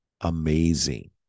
amazing